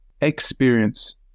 experience